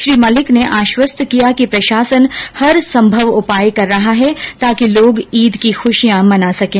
श्री मलिक ने आश्वस्त किया कि प्रशासन हरसंभव उपाय कर रहा है ताकि लोग ईद की खुशियां मना सकें